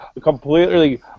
completely